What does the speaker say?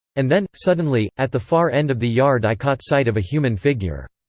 and then, suddenly, at the far end of the yard i caught sight of a human figure.